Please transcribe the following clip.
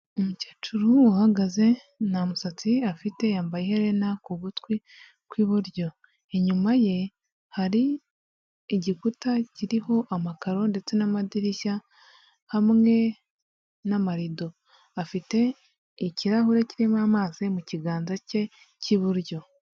Umukecuru uhagaze nta musatsi afite yambaye iherena ku gutwi kw'iburyo, inyuma ye hari igikuta kiriho amakaro ndetse n'amadirishya, hamwe n'amarido, afite ikirahure kirimo amazi mu kiganza cye cy'iburyo.